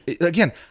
Again